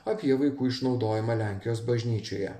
apie vaikų išnaudojimą lenkijos bažnyčioje